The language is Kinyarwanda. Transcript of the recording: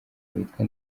witwa